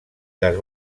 les